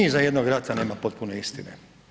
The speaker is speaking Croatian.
Ni iza jednog rata nema potpune istine.